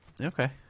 Okay